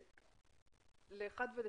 הוא שירות מרחוק שנועד ל-1 ול-2.